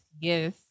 yes